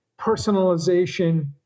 personalization